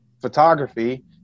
photography